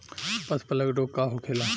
पशु प्लग रोग का होखेला?